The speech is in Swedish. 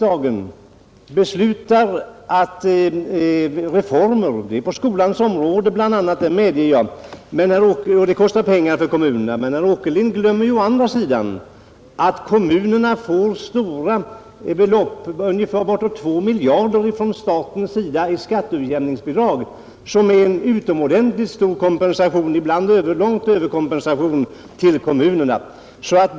Det är riktigt att riksdagen beslutat om reformer på bl.a. skolans område, som kostar pengar för kommunerna. Men herr Åkerlind glömmer å andra sidan att kommunerna får stora belopp från staten i skatteutjämningsbidrag, bortåt 2 miljarder kronor, vilket är en utomordentligt god kompensation och ibland en stor överkompensation till kommunerna.